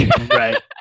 Right